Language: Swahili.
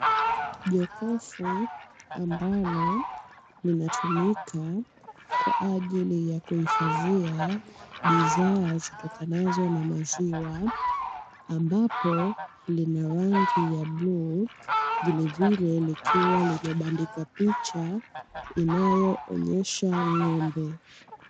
Jokofu ambalo linatumika kwa ajili ya kuhifadhia bidhaa zitokanazo na maziwa, ambapo lina rangi ya bluu vilevile likiwa limebandikwa picha inayoonesha ng'ombe.